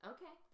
Okay